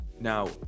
Now